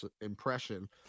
impression